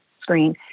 screen